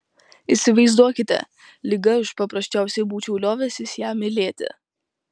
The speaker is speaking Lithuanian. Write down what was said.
įsivaizduokite lyg aš paprasčiausiai būčiau liovęsis ją mylėti